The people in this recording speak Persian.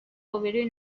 ابرو